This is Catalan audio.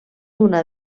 una